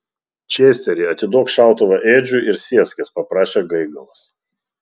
česteri atiduok šautuvą edžiui ir sėskis paprašė gaigalas